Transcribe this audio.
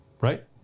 right